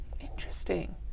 Interesting